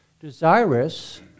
desirous